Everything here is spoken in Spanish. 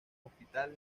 hospital